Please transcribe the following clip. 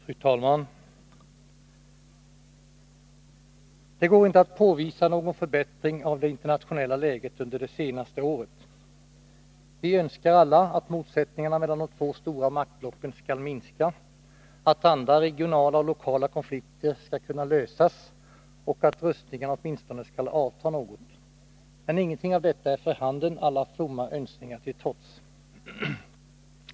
Fru talman! Det går inte att påvisa någon förbättring av det internationella läget under det senaste året. Vi önskar alla att motsättningarna mellan de två stora maktblocken skall minska, att andra regionala och lokala konflikter skall kunna lösas och att rustningarna åtminstone skall avta något. Men ingenting av detta är för handen, alla fromma önskningar till trots.